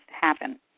happen